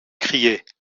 criait